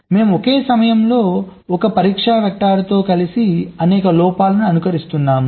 మేము ఒక సమయంలో ఒక పరీక్ష వెక్టర్తో కలిసి అనేక లోపాలను అనుకరిస్తున్నాము